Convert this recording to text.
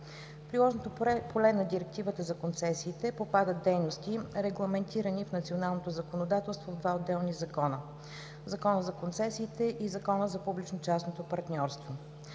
приложното поле на Директивата за концесиите попадат дейности, регламентирани в националното законодателство в два отделни закона: Закона за концесиите и Закона за публично-частното партньорство.